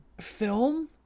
film